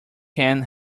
can